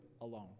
alone